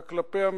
אלא כלפי המדינה.